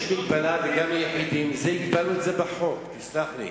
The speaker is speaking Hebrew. יש מגבלה, הגבלנו את זה בחוק, תסלח לי.